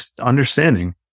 understanding